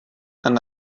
and